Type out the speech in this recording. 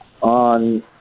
on